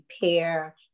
pair